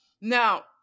Now